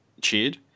cheered